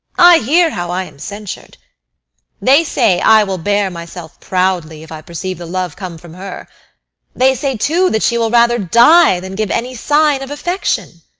i hear how i am censured they say i will bear myself proudly, if i perceive the love come from her they say too that she will rather die than give any sign of affection.